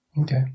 Okay